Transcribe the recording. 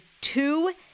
two